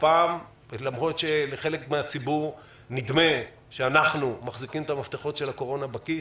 למרות שלחלק מהציבור נדמה שאנחנו מחזיקים את המפתחות של הקורונה בכיס,